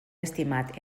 estimat